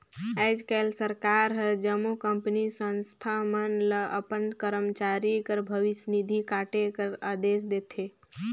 आएज काएल सरकार हर जम्मो कंपनी, संस्था मन ल अपन करमचारी कर भविस निधि काटे कर अदेस देथे